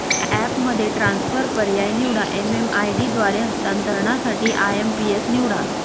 ॲपमध्ये ट्रान्सफर पर्याय निवडा, एम.एम.आय.डी द्वारे हस्तांतरणासाठी आय.एम.पी.एस निवडा